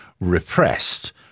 repressed